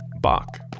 Bach